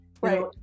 Right